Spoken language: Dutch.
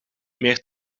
meer